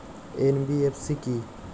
NBFC কী?